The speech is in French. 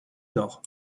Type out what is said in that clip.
nord